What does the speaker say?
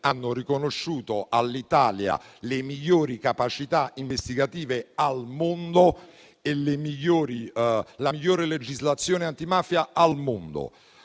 hanno riconosciuto all'Italia le migliori capacità investigative e la migliore legislazione antimafia al mondo.